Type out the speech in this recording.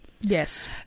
Yes